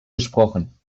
gesprochen